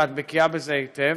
ואת בקיאה בזה היטב,